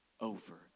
over